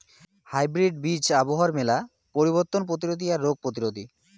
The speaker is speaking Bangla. হাইব্রিড বীজ আবহাওয়ার মেলা পরিবর্তন প্রতিরোধী আর রোগ প্রতিরোধী